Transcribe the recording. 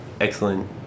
excellent